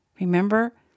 Remember